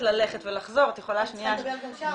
ללכת ולחזור --- אני צריכה לדבר גם שם.